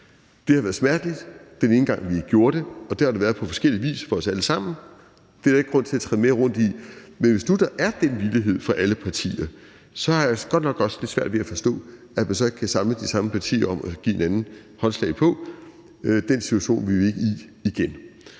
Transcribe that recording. Det har været smerteligt med den ene gang, vi gjorde det uden, og det har det været på forskellig vis for os alle sammen; det er der ikke grund til at træde mere rundt i. Men hvis nu der er den villighed fra alle partiers side, har jeg godt nok også lidt svært ved at forstå, at man så ikke kan samle de samme partier om at give hinanden håndslag på, at den situation vil vi ikke i igen.